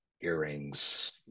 Earrings